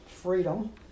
freedom